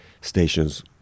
stations